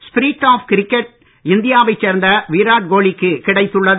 spirit of cricket இந்தியாவைச் சேர்ந்த விராட் கோலிக்கு கிடைத்துள்ளது